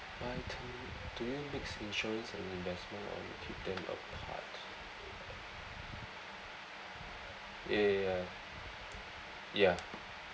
buy term do you mix insurance and investment or you keep them apart ya ya ya ya